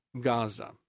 Gaza